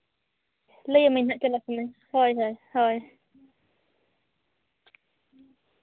ᱞᱟᱹᱭᱟᱢᱟᱹᱧ ᱦᱟᱸᱜ ᱪᱟᱞᱟᱜ ᱠᱟᱹᱱᱟᱹᱧ ᱦᱳᱭ ᱦᱳᱭ ᱦᱳᱭ